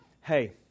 hey